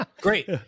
Great